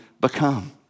become